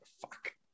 fuck